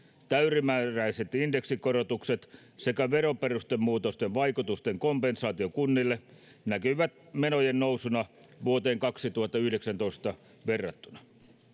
täysimääräiset indeksikorotukset sekä veroperustemuutosten vaikutusten kompensaatio kunnille näkyvät menojen nousuna vuoteen kaksituhattayhdeksäntoista verrattuna